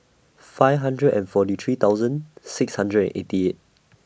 five hundred and forty three thousand six hundred and eighty eight